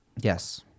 Yes